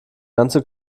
ganze